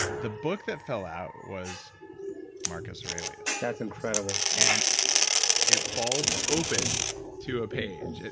the book that fell out was marcus aurelius that's incredible and it falls open to a page,